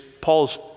Paul's